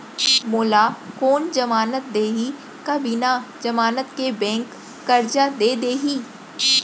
मोला कोन जमानत देहि का बिना जमानत के बैंक करजा दे दिही?